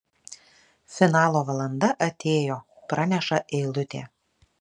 finalo valanda atėjo praneša eilutė